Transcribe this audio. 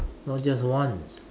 not just once